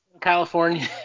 california